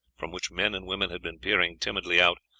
from which men and women had been peering timidly out,